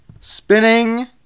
Spinning